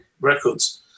records